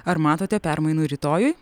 ar matote permainų rytojui